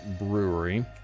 Brewery